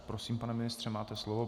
Prosím, pane ministře, máte slovo.